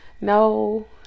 no